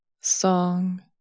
song